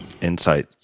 Insight